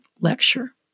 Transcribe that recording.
lecture